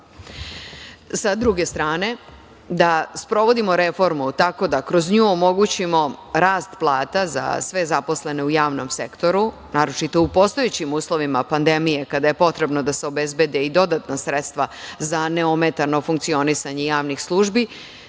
druge strane, da sprovodimo reformu tako da kroz nju omogućimo rast plata za sve zaposlene u javnom sektoru, naročito u postojećim uslovima pandemije, a kada je potrebno da se obezbede i dodatna sredstva za neometano funkcionisanje javnih službi,